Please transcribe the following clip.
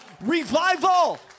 Revival